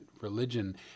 religion